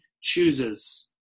chooses